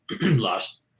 lost